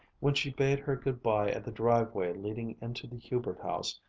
when she bade her good-bye at the driveway leading into the hubert house,